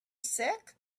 sick